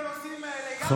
במקום לטפל בנושאים האלה יחד,